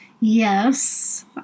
Yes